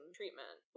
treatment